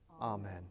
Amen